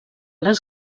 les